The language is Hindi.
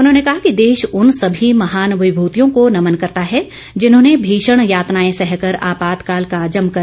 उन्होंने कहा कि देश उन सभी महान विभूतियों को नमन करता है जिन्होंने भीषण यातनाएं सहकर आपातकाल का जमकर विरोध किया